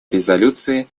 резолюции